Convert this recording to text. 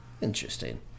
Interesting